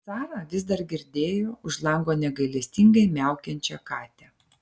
sara vis dar girdėjo už lango negailestingai miaukiančią katę